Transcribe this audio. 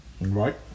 right